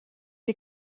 les